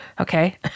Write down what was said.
Okay